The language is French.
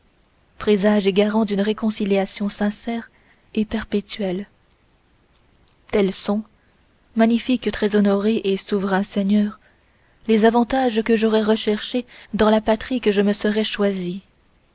présages et garants d'une réconciliation sincère et perpétuelle tels sont magnifiques très honorés et souverains seigneurs les avantages que j'aurais recherchés dans la patrie que je me serais choisie